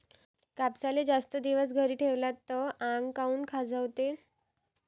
कापसाले जास्त दिवस घरी ठेवला त आंग काऊन खाजवते?